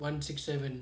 one six seven